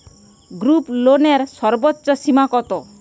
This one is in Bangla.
গ্রুপলোনের সর্বোচ্চ সীমা কত?